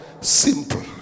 Simple